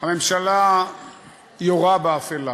הממשלה יורה באפלה.